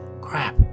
Crap